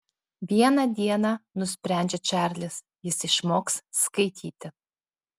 vieną dieną nusprendžia čarlis jis išmoks skaityti